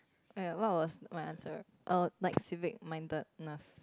wait what was my answer oh like civic-mindedness